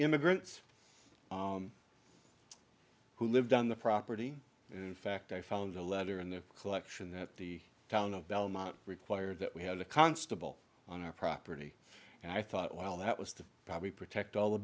immigrants who lived on the property in fact i found a letter in the collection that the town of bellemont required that we had a constable on our property and i thought well that was the probably protect all the